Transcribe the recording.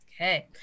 Okay